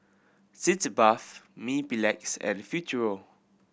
Sitz Bath Mepilex and Futuro